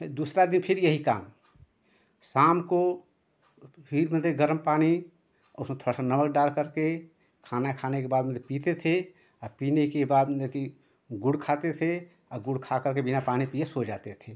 फिर दूसरे दिन फिर यही काम शाम को फिर मतलब कि गर्म पानी उसमें थोड़ा सा नमक डाल करके खाना खाने के बाद मतलब पीते थे पीने के बाद मतलब कि गुड़ खाते थे गुड़ खा करके बिना पानी पिए सो जाते थे